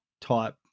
type